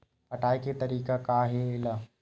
पटाय के तरीका का हे एला?